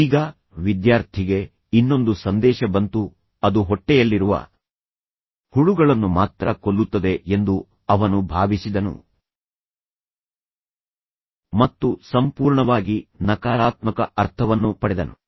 ಈಗ ವಿದ್ಯಾರ್ಥಿಗೆ ಇನ್ನೊಂದು ಸಂದೇಶ ಬಂತು ಅದು ಹೊಟ್ಟೆಯಲ್ಲಿರುವ ಹುಳುಗಳನ್ನು ಮಾತ್ರ ಕೊಲ್ಲುತ್ತದೆ ಎಂದು ಅವನು ಭಾವಿಸಿದನು ಮತ್ತು ಸಂಪೂರ್ಣವಾಗಿ ನಕಾರಾತ್ಮಕ ಅರ್ಥವನ್ನು ಪಡೆದನು